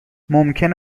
ممکن